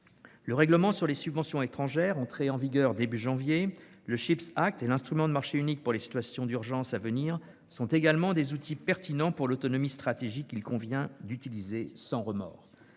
Le règlement relatif aux subventions étrangères, entré en vigueur au début du mois de janvier, le et l'instrument du marché unique pour les situations d'urgence, à venir, sont également des outils pertinents pour l'autonomie stratégique, qu'il conviendra d'utiliser sans remords.